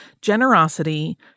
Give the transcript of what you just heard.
generosity